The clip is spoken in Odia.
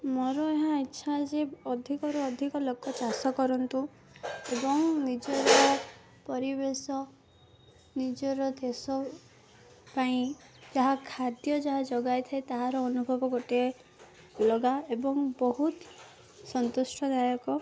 ମୋର ଏହା ଇଚ୍ଛା ଯେ ଅଧିକରୁ ଅଧିକ ଲୋକ ଚାଷ କରନ୍ତୁ ଏବଂ ନିଜର ପରିବେଶ ନିଜର ଦେଶ ପାଇଁ ତାହା ଖାଦ୍ୟ ଯାହା ଯୋଗାଇ ଥାଏ ତାହାର ଅନୁଭବ ଗୋଟିଏ ଲଗା ଏବଂ ବହୁତ ସନ୍ତୁଷ୍ଟଦାୟକ